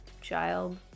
child